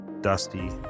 dusty